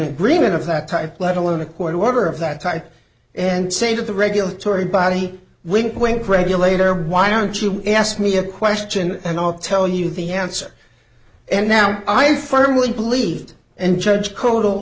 agreement of that type let alone a court order of that type and say that the regulatory body wink wink regulator why don't you ask me a question and i'll tell you the answer and now i firmly believe and judge